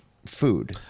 Food